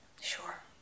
Sure